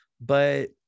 But-